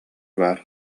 баар